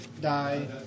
die